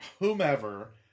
whomever